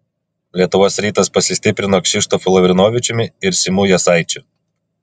lietuvos rytas pasistiprino kšištofu lavrinovičiumi ir simu jasaičiu